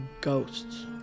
ghosts